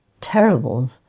terrible